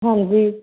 ਹਾਂਜੀ